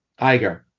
Iger